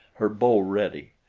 her bow ready,